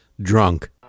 drunk